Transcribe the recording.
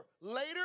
later